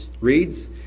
reads